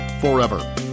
Forever